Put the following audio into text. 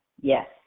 Yes